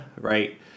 right